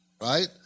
right